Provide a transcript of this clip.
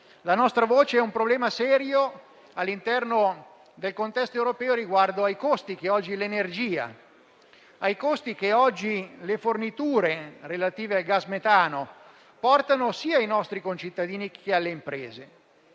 la nostra voce su un problema serio all'interno del contesto europeo riguardo ai costi odierni dell'energia, ai costi che oggi le forniture relative al gas metano portano sia ai nostri concittadini che alle imprese.